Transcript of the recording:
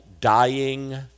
Dying